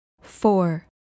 four